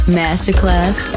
masterclass